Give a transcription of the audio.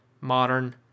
modern